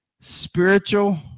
Spiritual